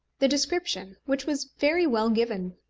the description, which was very well given,